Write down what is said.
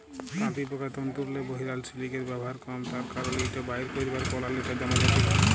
তাঁতিপকার তল্তুরলে বহিরাল সিলিকের ব্যাভার কম তার কারল ইট বাইর ক্যইরবার পলালিটা দমে জটিল